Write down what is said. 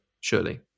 surely